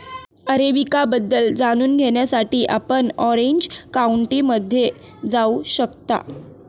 arabica बद्दल जाणून घेण्यासाठी आपण ऑरेंज काउंटीमध्ये जाऊ शकता